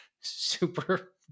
super